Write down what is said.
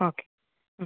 okay ம்